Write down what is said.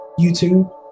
YouTube